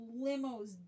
limos